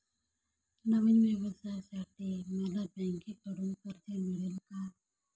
नवीन व्यवसायासाठी मला बँकेकडून कर्ज मिळेल का?